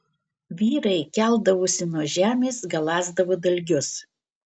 vyrai keldavosi nuo žemės galąsdavo dalgius